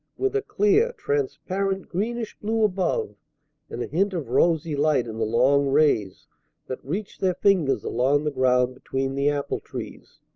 with a clear, transparent greenish-blue above and a hint of rosy light in the long rays that reached their fingers along the ground between the apple-trees.